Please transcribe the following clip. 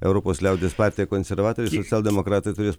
europos liaudies partija konservatoriai socialdemokratai turės